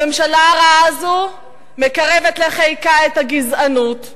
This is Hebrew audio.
הממשלה הרעה הזו מקרבת לחיקה את הגזענות,